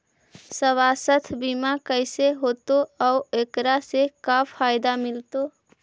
सवासथ बिमा कैसे होतै, और एकरा से का फायदा मिलतै?